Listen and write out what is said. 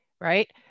right